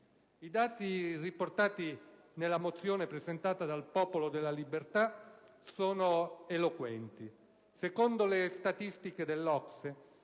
I dati riportati nella mozione presentata dal Popolo della Libertà sono eloquenti: secondo le statistiche dell'OSCE,